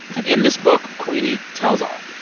and in this book, queenie tells all.